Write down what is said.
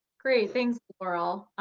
great, thanks, laurel.